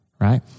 right